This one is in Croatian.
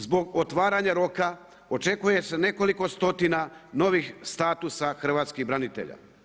Zbog otvaranja roka očekuje se nekoliko stotina novih statusa hrvatskih branitelja.